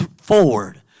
forward